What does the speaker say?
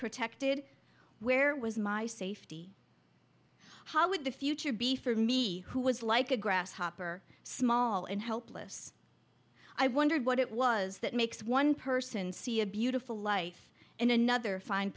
protected where was my safety how would the future be for me who was like a grasshopper small and helpless i wondered what it was that makes one person see a beautiful life and another find